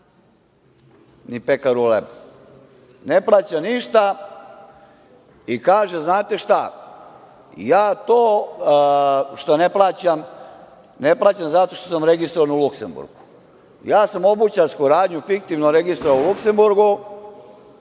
ni pekaru hleba, ne plaća ništa i kaže - znate šta, ja to što ne plaćam, ne plaćam zato što sam registrovan u Luksemburgu. Ja sam obućarsku radnju fiktivno registrovao u Luksemburgu,